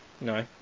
no